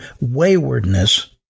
waywardness